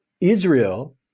Israel